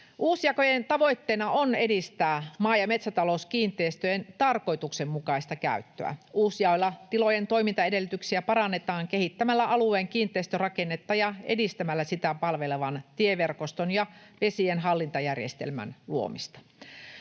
Uusjakojen tavoitteena on edistää maa- ja metsätalouskiinteistöjen tarkoituksenmukaista käyttöä. Uusjaolla tilojen toimintaedellytyksiä parannetaan kehittämällä alueen kiinteistörakennetta ja edistämällä sitä palvelevan tieverkoston ja vesien hallintajärjestelmän luomista.